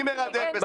אני מרדד, בסדר?